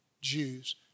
Jews